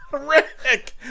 Rick